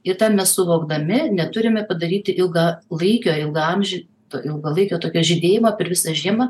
ir tą mes suvokdami neturime padaryti ilgalaikio ilgaamžio to ilgalaikio tokio žydėjimo per visą žiemą